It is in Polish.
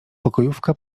pokojówka